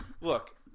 look